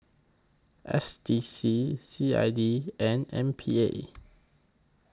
S D C C I D and M P A